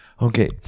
Okay